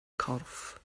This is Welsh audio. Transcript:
corff